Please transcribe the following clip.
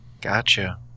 Gotcha